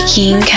King